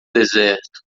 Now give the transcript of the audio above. deserto